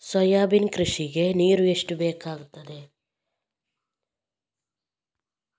Soybean ಕೃಷಿಗೆ ನೀರು ಎಷ್ಟು ಬೇಕಾಗುತ್ತದೆ?